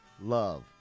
love